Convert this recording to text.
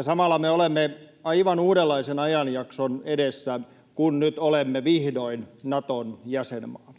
Samalla me olemme aivan uudenlaisen ajanjakson edessä, kun nyt olemme vihdoin Naton jäsenmaa.